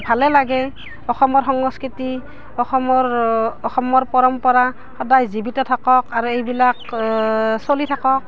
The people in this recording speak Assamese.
ভালে লাগে অসমৰ সংস্কৃতি অসমৰ অসমৰ পৰম্পৰা সদায় জীৱিত থাকক আৰু এইবিলাক চলি থাকক